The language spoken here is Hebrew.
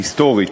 היסטורית.